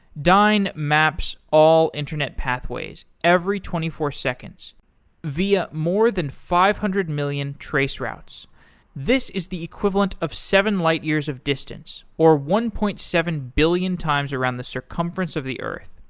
dyn maps all internet pathways every twenty four seconds via more than five hundred million traceroutes. this is the equivalent of seven light years of distance, or one point seven billion times around the circumference of the earth.